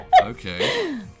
Okay